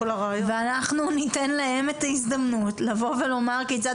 ואנחנו ניתן להם את ההזדמנות לבוא ולומר כיצד